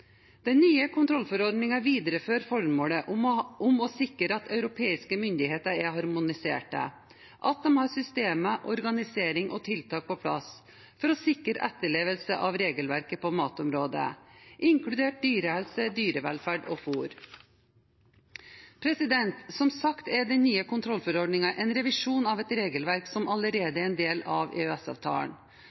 Den nye kontrollforordningen viderefører formålet om å sikre at europeiske myndigheter er harmoniserte, at de har systemer, organisering og tiltak på plass for å sikre etterlevelse av regelverket på matområdet, inkludert dyrehelse, dyrevelferd og fôr. Som sagt er den nye kontrollforordningen en revisjon av et regelverk som allerede er en del av